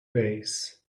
base